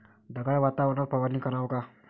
ढगाळ वातावरनात फवारनी कराव का?